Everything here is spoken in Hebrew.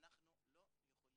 אנחנו לא נוכל